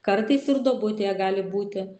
kartais ir duobutėje gali būti